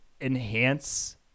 enhance